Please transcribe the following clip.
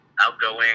outgoing